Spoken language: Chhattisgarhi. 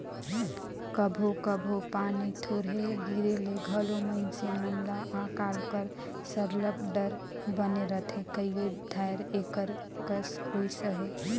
कभों कभों पानी थोरहें गिरे ले घलो मइनसे मन ल अकाल कर सरलग डर बने रहथे कइयो धाएर एकर कस होइस अहे